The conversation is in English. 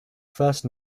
first